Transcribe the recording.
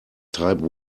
type